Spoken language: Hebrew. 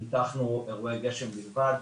ניתחנו אירועי גשם בלבד.